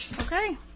Okay